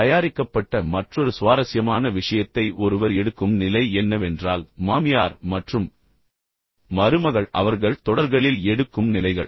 எனவே பல தொடர்கள் தயாரிக்கப்பட்ட மற்றொரு சுவாரஸ்யமான விஷயத்தை ஒருவர் எடுக்கும் நிலை என்னவென்றால் மாமியார் மற்றும் மருமகள் அவர்கள் தொடர்களில் எடுக்கும் நிலைகள்